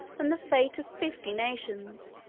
and the fate of fifty nations,